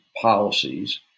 policies